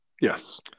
yes